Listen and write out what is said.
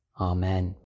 Amen